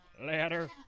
ladder